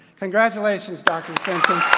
congratulations, dr.